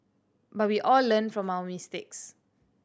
but we all learn from our mistakes